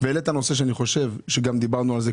והעלית את נושא השוק השחור.